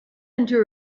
into